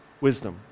wisdom